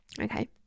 okay